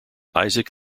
isaac